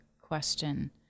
question